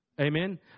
Amen